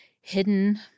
hidden